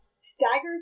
staggers